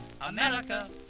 America